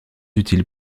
utile